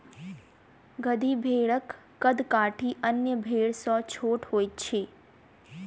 गद्दी भेड़क कद काठी अन्य भेड़ सॅ छोट होइत अछि